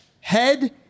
Head